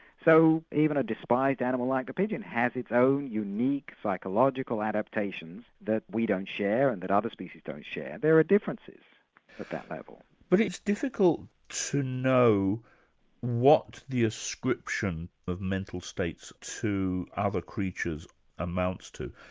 so even a despised animal like the pigeon has its own unique, psychological adaptation that we don't share and that other species don't share. there are differences at that level. but it's difficult to know what the ascription of mental states to other creatures amounts to.